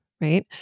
right